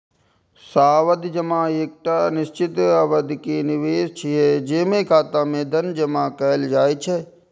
सावधि जमा एकटा निश्चित अवधि के निवेश छियै, जेमे खाता मे धन जमा कैल जाइ छै